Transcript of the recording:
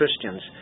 Christians